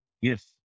Yes